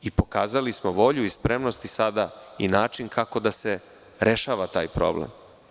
Pokazali smo i volju i spremnost i sada i način kako da se rešava taj problem.